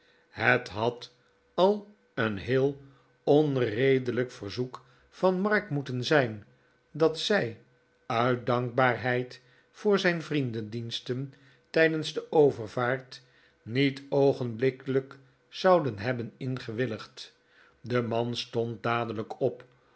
het had al een heel onredelijk verzoek van mark moeten zijn dat zij uit dankbaarheid voor zijn vriendendiensten tijdens de overvaart niet oogenblikkelijk zouden heb ben ingewilligd de man stond dadelijk op